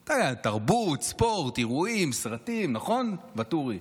תרבות, ספורט, אירועים, סרטים, נכון, ואטורי?